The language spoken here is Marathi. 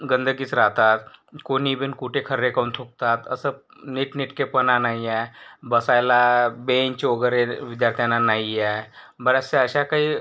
गंदगीच राहतात कोणी इबिन कोठे खर्रे खाऊन थुंकतात असं नीटनेटकेपणा नाही आहे बसायला बेंच वगैरे विद्यार्थ्यांना नाही आहे बऱ्याचशा अशा काही